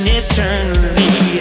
eternally